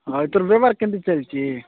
ହଇ ତୋର ବେପାର କେମିତି ଚାଲିଛି